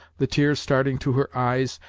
the tears starting to her eyes,